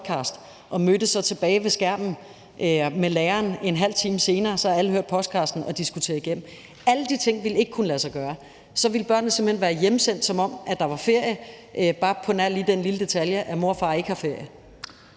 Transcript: og mødtes så tilbage ved skærmen med læreren en halv time senere. Så havde alle hørt podcasten og diskuterede den så igennem. Alle de ting ville ikke kunne lade sig gøre. Så ville børnene simpelt hen være hjemsendt, som om der var ferie, bare på nær den lille detalje, at mor og far ikke havde ferie.